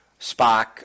Spock